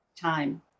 time